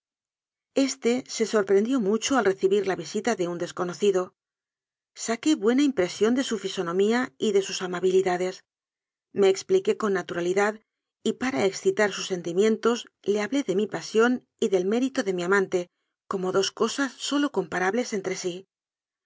este se sorprendió mucho al recibir la visita de un desconocido saqué buena impresión de su fisonomía y de sus amabilidades me expli qué con naturalidad y para excitar sus senti mientos le hablé de mi pasión y del mérito de mi amante como de dos cosas sólo comparables entre sí